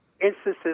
instances